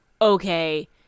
okay